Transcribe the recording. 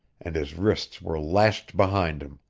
and his wrists were lashed behind him.